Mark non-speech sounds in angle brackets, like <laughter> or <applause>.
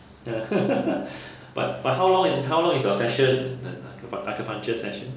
<laughs> but but how long how long is your session the acupuncture session